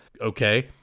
okay